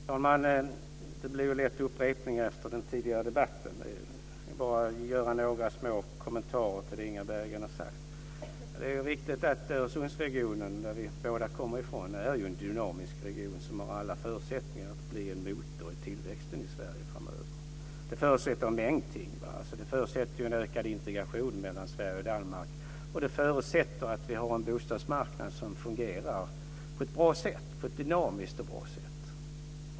Fru talman! Det blir lätt upprepningar efter den tidigare debatten. Jag ska bara göra några små kommentarer till det Inga Berggren har sagt. Det är riktigt att Öresundsregionen, som vi båda kommer från, är en dynamisk region som har alla förutsättningar att bli en motor i tillväxten i Sverige framöver. Det förutsätter en mängd ting. Det förutsätter en ökad integration mellan Sverige och Danmark, och det förutsätter att vi har en bostadsmarknad som fungerar på ett dynamiskt och bra sätt.